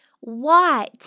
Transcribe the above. White